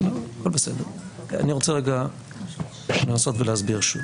אני רוצה לנסות ולהסביר שוב.